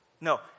No